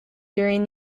during